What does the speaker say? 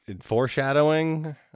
foreshadowing